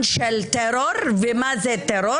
זה הטרור